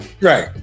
Right